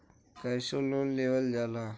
कैसे लोन लेवल जाला?